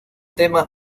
temas